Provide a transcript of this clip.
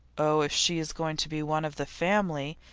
oh, if she is going to be one of the family,